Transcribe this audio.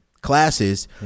classes